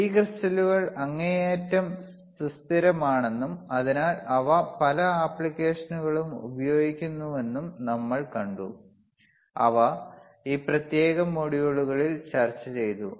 ഈ ക്രിസ്റ്റലുകൾ അങ്ങേയറ്റം സുസ്ഥിരമാണെന്നും അതിനാൽ അവ പല ആപ്ലിക്കേഷനുകളിലും ഉപയോഗിക്കുന്നുവെന്നും നമ്മൾ കണ്ടു അവ ഈ പ്രത്യേക മൊഡ്യൂളിൽ ചർച്ചചെയ്തു